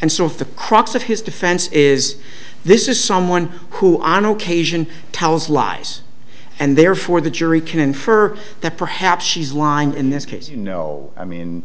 and so if the crux of his defense is this is someone who on occasion tells lies and therefore the jury can infer that perhaps she's lying in this case you know i mean